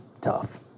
tough